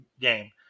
game